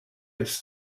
it’s